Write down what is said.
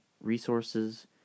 resources